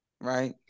right